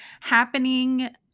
happening